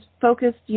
focused